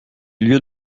lieu